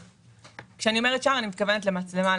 כשאני אומרת "שער" אני מתכוונת למצלמה.